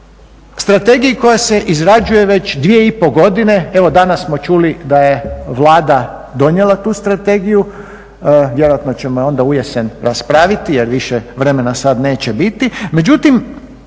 Strategiji koja se izrađuje već 2,5 godine, evo danas smo čuli da je Vlada donijela tu strategiju, vjerojatno ćemo je onda ujesen raspraviti jer više vremena sad neće biti.